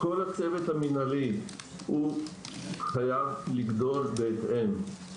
כל הצוות המנהלי חייב לדאוג בהתאם.